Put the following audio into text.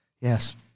yes